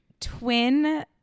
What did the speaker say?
twin